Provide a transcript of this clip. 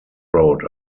road